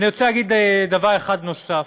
אני רוצה להגיד דבר אחד נוסף: